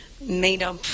made-up